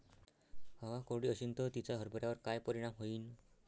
हवा कोरडी अशीन त तिचा हरभऱ्यावर काय परिणाम होईन?